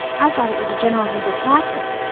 i thought it was a general zebra practice.